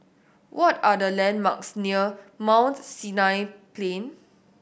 what are the landmarks near Mount Sinai Plain